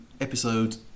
episode